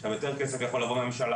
עכשיו יותר כסף יכול לבוא מהממשלה,